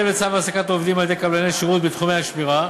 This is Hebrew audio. בהתאם לצו העסקת עובדים על-ידי קבלני שירות בתחומי השמירה